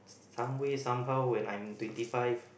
some way some how when I'm twenty five